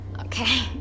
Okay